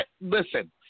listen